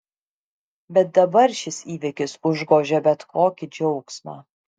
bet dabar šis įvykis užgožia bet kokį džiaugsmą